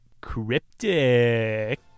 Cryptic